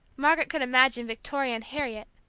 margaret could imagine victoria and harriet,